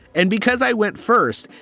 and because i went first,